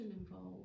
involved